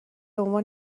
عنوان